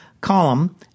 column